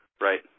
Right